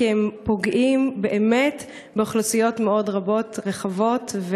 כי הם פוגעים באמת באוכלוסיות רבות מאוד ורחבות?